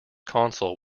console